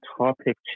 topic